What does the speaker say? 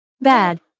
Bad